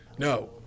No